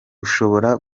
ushobora